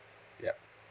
yup